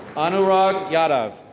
anara yattif.